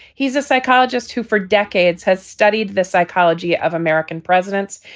he's a psychologist who for decades has studied the psychology of american presidents.